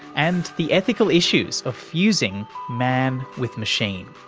and the ethical issues of fusing man with machine.